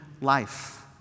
life